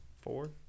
four